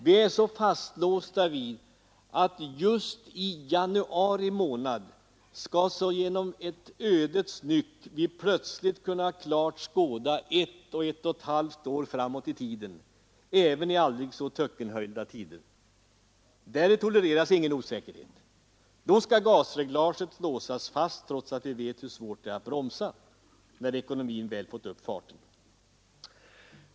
Vi är ganska fastlåsta vid att vi just i januari månad skall som genom en ödets nyck plötsligt kunna klart skåda ett och ett halvt år framåt — även i aldrig så töckenhöljda tider — därvid tolereras ingen osäkerhet. Då skall gasreglaget låsas fast, trots att vi vet hur svårt det är att bromsa när ekonomin väl fått upp farten.